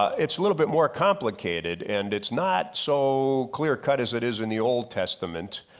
it's a little bit more complicated and it's not so clear-cut as it is in the old testament.